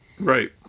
Right